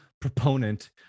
proponent